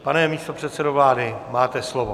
Pane místopředsedo vlády, máte slovo.